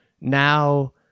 now